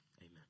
Amen